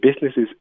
businesses